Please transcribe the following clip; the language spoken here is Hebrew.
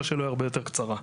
על הלשכות.